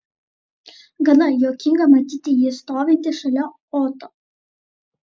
gana juokinga matyti jį stovintį šalia oto